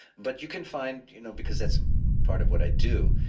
but you can find, you know because that's part of what i do,